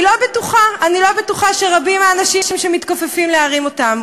אני לא בטוחה שרבים האנשים שמתכופפים להרים אותן.